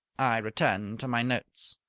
i returned to my notes.